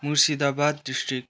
Murshidabad district